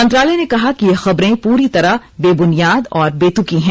मंत्रालय ने कहा कि ये खबरें पूरी तरह बेबुनियाद और बेतुकी हैं